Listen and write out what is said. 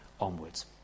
onwards